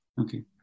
Okay